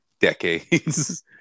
decades